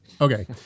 Okay